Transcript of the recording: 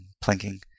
planking